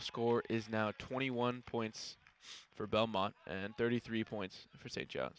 so score is now twenty one points for belmont and thirty three points for st john